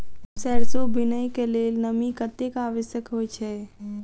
सैरसो बुनय कऽ लेल नमी कतेक आवश्यक होइ छै?